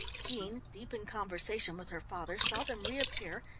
jean, deep in conversation with her father, saw them reappear,